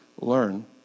learn